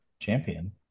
champion